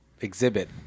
exhibit